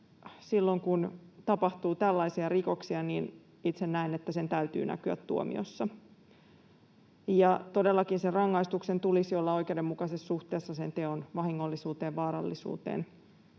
silloin, kun tapahtuu tällaisia rikoksia, itse näen, että sen täytyy näkyä tuomiossa. Todellakin rangaistuksen tulisi olla oikeudenmukaisessa suhteessa teon vahingollisuuteen ja vaarallisuuteen,